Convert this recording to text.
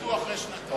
וביטלו אחרי שנתיים.